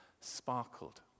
sparkled